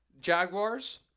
Jaguars